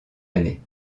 année